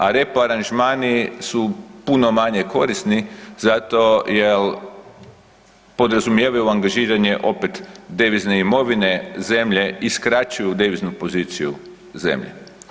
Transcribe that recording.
A repo aranžmani su puno manje korisni zato jer podrazumijevaju angažiranje opet devizne imovine zemlje i skraćuju deviznu poziciju zemlje.